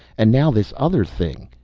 and now this other thing.